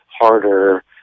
harder